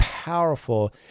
powerful